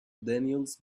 daniels